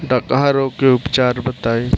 डकहा रोग के उपचार बताई?